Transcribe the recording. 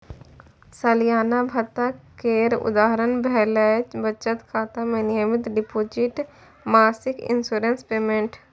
सलियाना भत्ता केर उदाहरण भेलै बचत खाता मे नियमित डिपोजिट, मासिक इंश्योरेंस पेमेंट